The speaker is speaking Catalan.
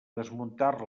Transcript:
desmuntar